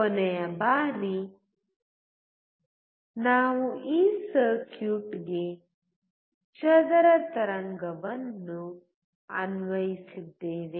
ಕೊನೆಯ ಬಾರಿ ನಾವು ಈ ಸರ್ಕ್ಯೂಟ್ಗೆ ಚದರ ತರಂಗವನ್ನು ಅನ್ವಯಿಸಿದ್ದೇವೆ